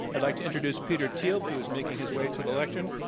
i'd like to introduce peter thiel who is making his way to the lectern.